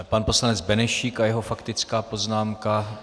Pan poslanec Benešík a jeho faktická poznámka.